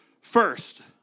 first